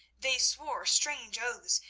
they swore strange oaths,